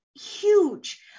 huge